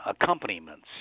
accompaniments